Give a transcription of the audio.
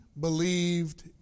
believed